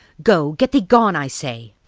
go, get thee gone, i say.